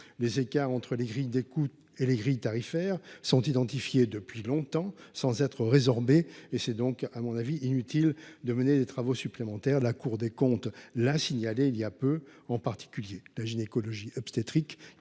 Les écarts entre les grilles de coûts et les grilles tarifaires ont été identifiés depuis longtemps sans être résorbés. Il est donc à mon avis inutile de mener des travaux supplémentaires. La Cour des comptes a signalé récemment le cas de la gynécologie obstétrique,